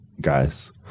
guys